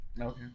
Okay